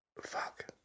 Fuck